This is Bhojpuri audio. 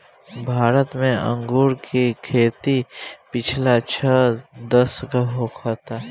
भारत में अंगूर के खेती पिछला छह दशक होखता